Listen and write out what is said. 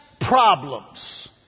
problems